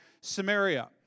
Samaria